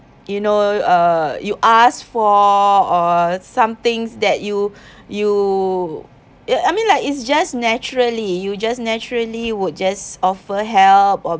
you know uh you ask for or some things that you you I mean like it's just naturally you just naturally would just offer help